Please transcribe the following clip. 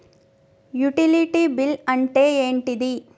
Utility bill అంటే ఏంటిది?